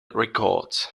records